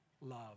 love